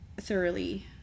thoroughly